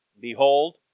Behold